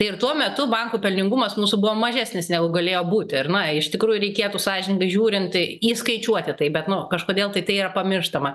ir tuo metu bankų pelningumas mūsų buvo mažesnis negu galėjo būti ir na iš tikrųjų reikėtų sąžiningai žiūrint tai įskaičiuoti tai be nu kažkodėl tai yra pamirštama